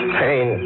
pain